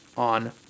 On